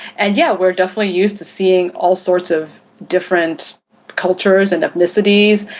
and, yeah, we're definitely used to seeing all sorts of different cultures and ethnicities.